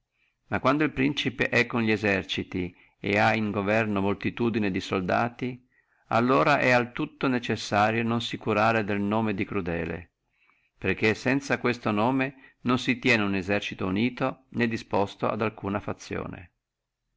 ma quando el principe è con li eserciti et ha in governo multitudine di soldati allora al tutto è necessario non si curare del nome di crudele perché sanza questo nome non si tenne mai esercito unito né disposto ad alcuna fazione